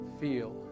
feel